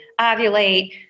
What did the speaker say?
ovulate